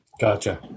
Gotcha